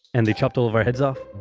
and they chopped all of our heads off?